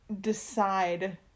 decide